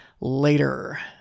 later